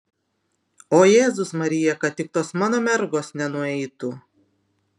o jėzus marija kad tik tos mano mergos nenueitų